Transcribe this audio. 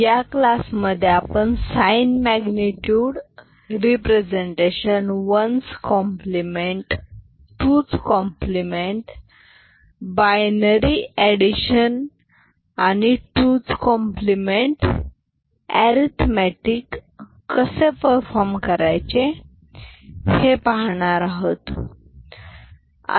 या क्लासमध्ये आपण sign magnitude representation one's complement 1s compliment 2s complement 2s compliment binary addition आणि आणि 2s complement arithmetic 2 compliment arithmetic कसे परफॉर्म करायचे हे पाहणार आहोत